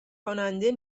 کننده